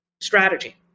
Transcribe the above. strategy